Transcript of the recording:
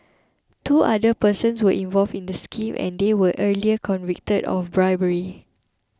two other persons were involved in the scheme and they were earlier convicted of bribery